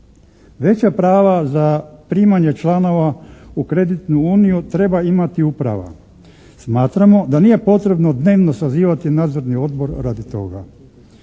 Veća prava za primanje članova u kreditnu uniju treba imati uprava. Smatramo da nije potrebno dnevno sazivati nadzorni odbor radi toga.